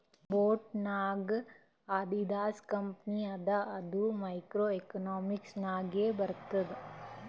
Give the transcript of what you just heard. boat ನಾಗ್ Adidas company ಅದ ಅದು ಮೈಕ್ರೋ ಎಕನಾಮಿಕ್ಸ್ ನಾಗೆ ಬರ್ತುದ್